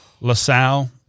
LaSalle